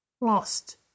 lost